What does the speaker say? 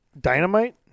dynamite